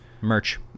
merch